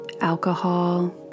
alcohol